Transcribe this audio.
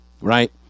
right